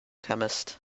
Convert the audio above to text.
chemist